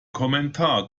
kommentar